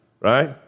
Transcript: right